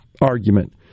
argument